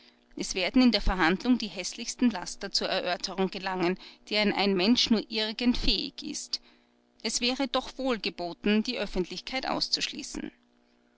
es werden in der verhandlung die häßlichsten laster zur erörterung gelangen deren ein mensch nur irgend fähig ist es wäre doch wohl geboten die öffentlichkeit auszuschließen